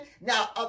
Now